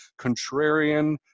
contrarian